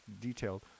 detailed